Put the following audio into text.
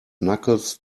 knuckles